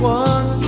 one